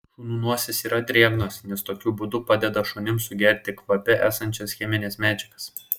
šunų nosys yra drėgnos nes tokiu būdu padeda šunims sugerti kvape esančias chemines medžiagas